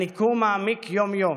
הניכור מעמיק יום-יום,